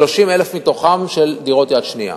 30,000 מתוכן של דירות של משקיעים.